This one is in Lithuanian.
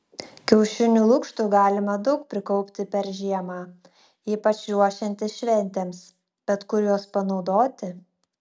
kiaušinių lukštų galima daug prikaupti per žiemą ypač ruošiantis šventėms bet kur juos panaudoti